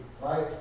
right